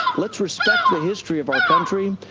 let's respect the history of our country.